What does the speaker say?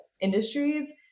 industries